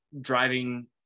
driving